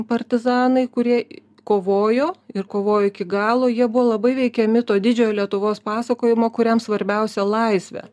partizanai kurie kovojo ir kovojo iki galo jie buvo labai veikiami to didžiojo lietuvos pasakojimo kuriam svarbiausia laisvė